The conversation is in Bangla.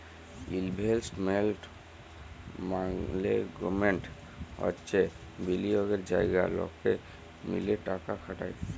ইলভেস্টমেন্ট মাল্যেগমেন্ট হচ্যে বিলিয়গের জায়গা লকে মিলে টাকা খাটায়